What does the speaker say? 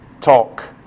talk